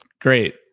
Great